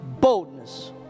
boldness